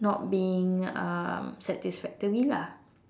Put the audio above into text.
not being um satisfactory lah